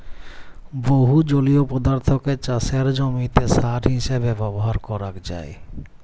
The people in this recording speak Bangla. বহু জলীয় পদার্থকে চাসের জমিতে সার হিসেবে ব্যবহার করাক যায়